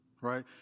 right